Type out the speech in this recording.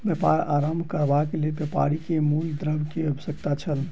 व्यापार आरम्भ करबाक लेल व्यापारी के मूल द्रव्य के आवश्यकता छल